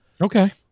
okay